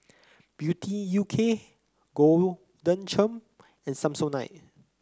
Beauty U K Golden Churn and Samsonite